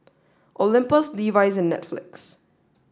Olympus Levi's and Netflix